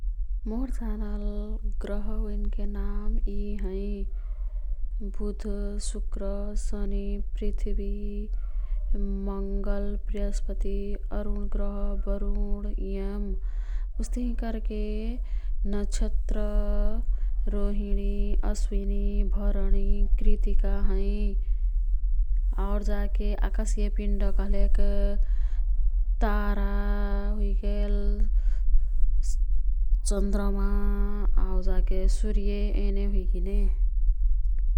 मोर् जानल ग्रह ओईनके नाम यी हैं। बुध, शुक्र, शनि, पृथ्वी, मंगल, बृहस्पति, अरुण ग्रह, वरुण, यम उस्तिही कर्के नक्षत्र रोहिणी, अश्विनी, भरणी, कृतिका हैं। आउर जाके आकाशीय पिण्ड कह्लेक तारा हुइगेल, चन्द्रमा आऊ जाके सुर्य हुइगिने।